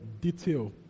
detail